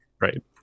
Right